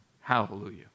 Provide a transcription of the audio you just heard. Hallelujah